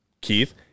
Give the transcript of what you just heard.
Keith